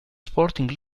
sporting